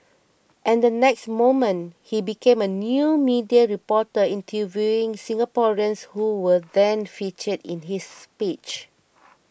and the next moment he became a new media reporter interviewing Singaporeans who were then featured in his speech